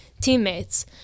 teammates